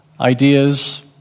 ideas